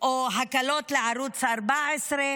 או הקלות לערוץ 14,